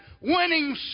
winning